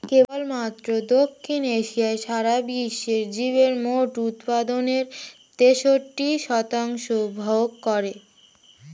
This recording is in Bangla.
কেবলমাত্র দক্ষিণ এশিয়াই সারা বিশ্বের জিরের মোট উৎপাদনের তেষট্টি শতাংশ ভোগ করে